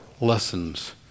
lessons